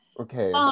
okay